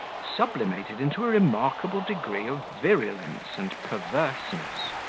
sublimated into a remarkable degree of virulence and perverseness.